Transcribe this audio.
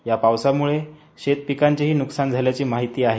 या पावसामुळे शेतपिकांचेही न्कसान झाले असल्याची माहिती आहे